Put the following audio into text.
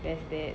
there's that